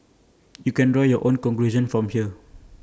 you can draw your own conclusion from here